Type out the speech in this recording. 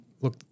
look